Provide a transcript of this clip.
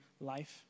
life